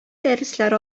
дәресләр